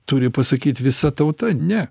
turi pasakyt visa tauta ne